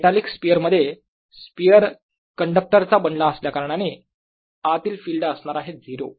metallic sphere मध्ये sphere कंडक्टरचा बनला असल्याकारणाने आतील फील्ड असणार आहे 0